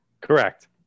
Correct